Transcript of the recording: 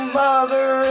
mother